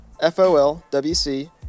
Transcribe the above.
folwc